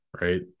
right